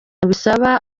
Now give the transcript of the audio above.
bisaba